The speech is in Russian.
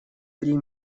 три